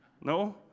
no